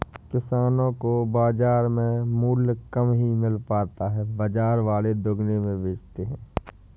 किसानो को बाजार में मूल्य कम ही मिल पाता है बाजार वाले दुगुने में बेचते है